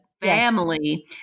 family